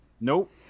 Nope